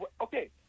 Okay